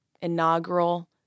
inaugural